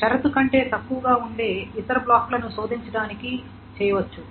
షరతు కంటే తక్కువగా ఉండే ఇతర బ్లాక్లను శోధించడానికి చేయవచ్చు